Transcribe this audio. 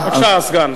בבקשה, הסגן.